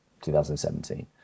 2017